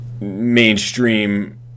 mainstream